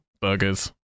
burgers